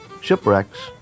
shipwrecks